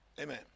Amen